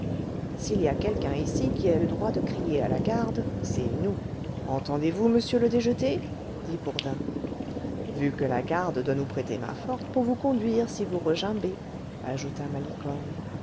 s'il y a quelqu'un qui ait le droit de crier à la garde c'est nous entendez-vous monsieur le déjeté dit bourdin vu que la garde doit nous prêter main-forte pour vous conduire si vous regimbez ajouta malicorne